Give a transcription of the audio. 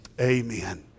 Amen